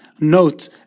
note